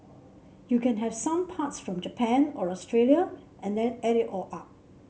you can have some parts from Japan or Australia and then add it all up